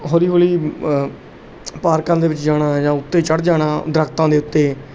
ਹੌਲੀ ਹੌਲੀ ਪਾਰਕਾਂ ਦੇ ਵਿੱਚ ਜਾਣਾ ਜਾਂ ਉੱਤੇ ਚੜ੍ਹ ਜਾਣਾ ਦਰਖਤਾਂ ਦੇ ਉੱਤੇ